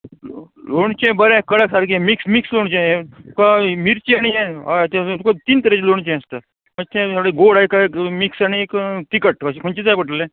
लोणचें बरें कळ्ळें सारकें मिक्स मिक्स लोणचें हें तुका मिरची आनी हें हय तुका तीन तरेचें लोणचें आसता मातशें थोडें गोड आयक मिक्स आनी एक तिखट अशें खंयचें जाय पडटलें